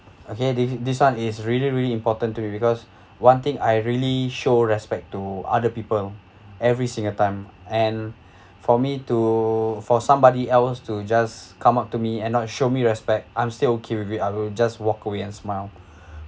okay this this [one] is really really important to me because one thing I really show respect to other people every single time and for me to for somebody else to just come up to me and not show me respect I'm still okay with it I will just walk away and smile